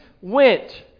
went